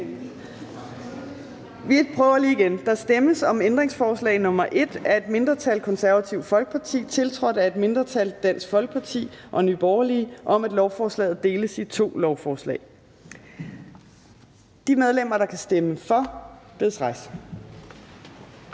(Trine Torp): Der stemmes om ændringsforslag nr. 1 af et mindretal (KF), tiltrådt af et mindretal (DF og NB), om, at lovforslaget deles i to lovforslag. De medlemmer, der kan stemme for, bedes rejse